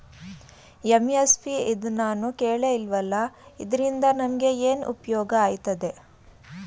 MSP ಇದ್ನನಾನು ಕೇಳೆ ಇಲ್ವಲ್ಲ? ಇದ್ರಿಂದ ನಮ್ಗೆ ಏನ್ಉಪ್ಯೋಗ ಆಯ್ತದೆ?